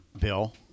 Bill